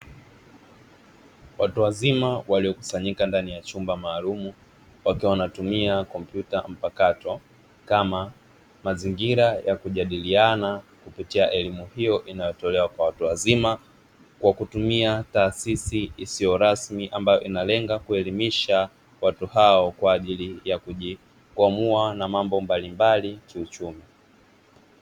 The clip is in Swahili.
Watu wazima waliokusanyika ndani ya chumba maalumu wakiwa wanatumia kompyuta mpakato kama mazingira ya kujadiliana kupitia elimu hiyo inayotolewa kwa watu wazima kwa kutumia taasisi isiyo rasmi ambayo inalenga kuelimisha watu hao kwa ajili ya kujikwamua na mambo mbalimbali kiuchumi